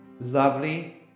lovely